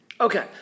Okay